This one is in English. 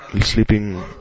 sleeping